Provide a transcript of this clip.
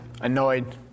Annoyed